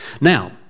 Now